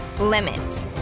limits